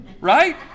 Right